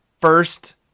first